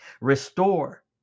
Restore